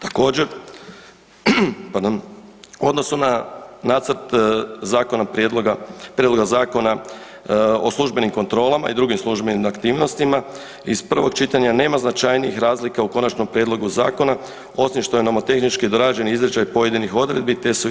Također, pardon, u odnosu na nacrt zakona prijedloga, prijedloga Zakona o službenim kontrolama i drugim službenim aktivnostima iz prvog čitanja nema značajnijih razloga u konačnom prijedlogu zakona osim što je nomotehnički dorađen izričaj pojedinih odredbi te su